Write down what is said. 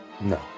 No